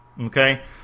Okay